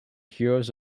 heroes